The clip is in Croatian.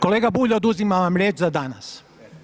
Kolega Bulj oduzimam vam riječ za danas.